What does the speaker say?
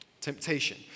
Temptation